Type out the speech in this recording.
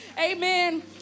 Amen